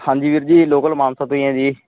ਹਾਂਜੀ ਵੀਰ ਜੀ ਲੋਕਲ ਮਾਨਸਾ ਤੋਂ ਹੀ ਹਾਂ ਜੀ